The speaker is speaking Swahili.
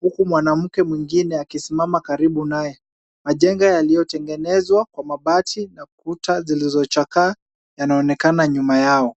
huku mwanamke mwingine akisimama karibu naye. Majengo yaliyotengenezwa kwa mabati na kuta zilizochakaa yanaonekana nyuma yao.